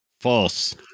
False